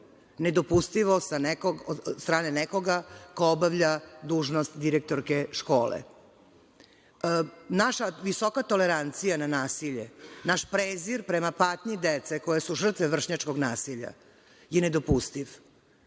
Nedopustivo sa od strane nekoga ko obavlja dužnost direktorke škole. Naša visoka tolerancija na nasilje, naš prezir prema patnji dece koje su žrtve vršnjačkog nasilja je nedopustiv.